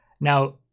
Now